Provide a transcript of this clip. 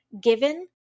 given